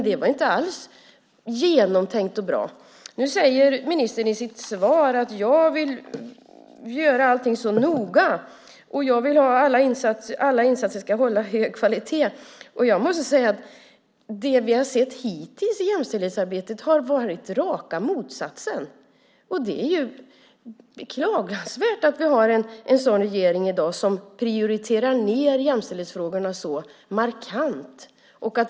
Det var inte alls genomtänkt och bra. Nu sade ministern i sitt svar att hon vill göra allt så noga och att hon vill att alla insatser ska hålla hög kvalitet. Det vi har sett hittills i jämställdhetsarbetet har varit raka motsatsen. Det är beklagansvärt att vi har en sådan regering i dag som prioriterar ned jämställdhetsfrågorna så markant.